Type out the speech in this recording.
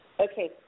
Okay